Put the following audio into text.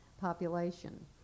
population